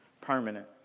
permanent